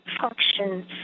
functions